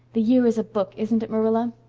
the year is a book, isn't it, marilla?